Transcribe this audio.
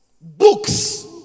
Books